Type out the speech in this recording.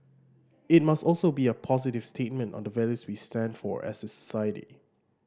it must also be a positive statement on the values we stand for as a society